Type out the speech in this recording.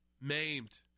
maimed